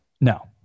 No